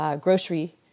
Grocery